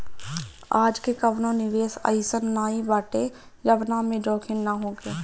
आजके कवनो निवेश अइसन नाइ बाटे जवना में जोखिम ना होखे